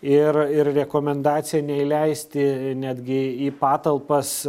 ir ir rekomendacija neįleisti netgi į patalpas